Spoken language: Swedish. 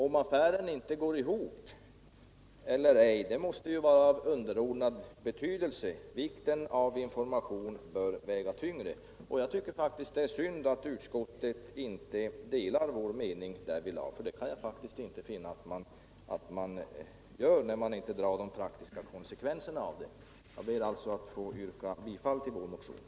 Om affären går ihop eller inte måste vara av underordnad betydelse — värdet av information bör väga tyngre. Jag tycker att det är synd att utskottet inte delar vår mening därvidlag. Det kan jag inte finna att utskottet gör, eftersom man inte drar de praktiska konsekvenserna. Herr talman! Jag ber alltså åter att få yrka bifall till vår motion.